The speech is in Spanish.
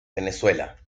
venezuela